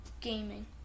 Gaming